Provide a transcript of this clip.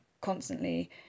constantly